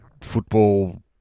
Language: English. football